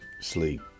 sleep